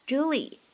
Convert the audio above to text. Julie